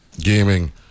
gaming